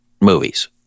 movies